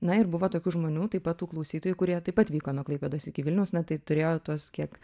na ir buvo tokių žmonių taip pat tų klausytojų kurie taip pat vyko nuo klaipėdos iki vilniaus na tai turėjo tuos kiek